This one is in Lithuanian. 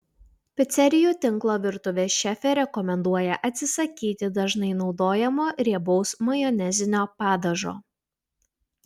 picerijų tinklo virtuvės šefė rekomenduoja atsisakyti dažnai naudojamo riebaus majonezinio padažo